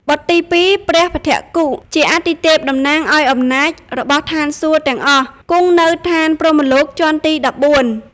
បុត្រទី២ ព្រះភ្ឋគុ ជាអាទិទេពតំណាងឱ្យអំណាចរបស់ឋានសួគ៌ទាំងអស់ គង់នៅឋានព្រហ្មលោកជាន់ទី១៤ ។